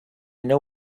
know